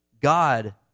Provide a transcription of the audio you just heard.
God